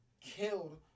killed